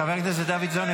חבר הכנסת דוידסון,